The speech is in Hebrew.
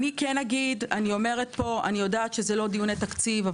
אני יודעת שזה לא דיוני תקציב.